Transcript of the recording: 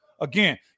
Again